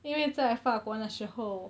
因为在法国那时候